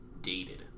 dated